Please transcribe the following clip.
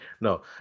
No